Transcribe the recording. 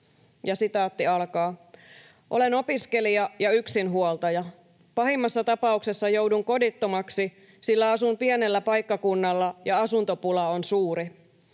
ruokaan.” ”Olen opiskelija ja yksinhuoltaja. Pahimmassa tapauksessa joudun kodittomaksi, sillä asun pienellä paikkakunnalla ja asuntopula on suuri.